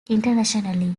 internationally